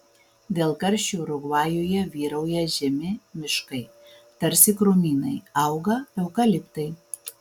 dėl karščių urugvajuje vyrauja žemi miškai tarsi krūmynai auga eukaliptai